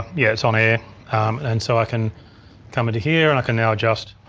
yeah it's on-air, and so i can come into here and i can now adjust